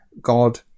God